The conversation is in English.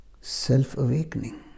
self-awakening